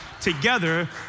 together